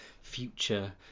future